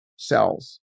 cells